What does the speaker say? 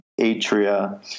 Atria